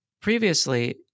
Previously